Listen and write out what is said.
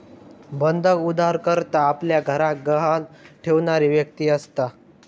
बंधक उधारकर्ता आपल्या घराक गहाण ठेवणारी व्यक्ती असता